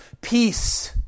Peace